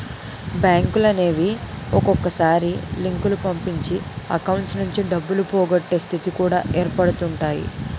బ్యాంకులనేవి ఒక్కొక్కసారి లింకులు పంపించి అకౌంట్స్ నుంచి డబ్బులు పోగొట్టే స్థితి కూడా ఏర్పడుతుంటాయి